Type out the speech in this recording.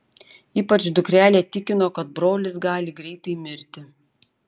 ypač dukrelė tikino kad brolis gali greitai mirti